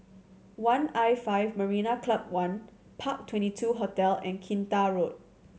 one'l five Marina Club One Park Twenty two Hotel and Kinta Road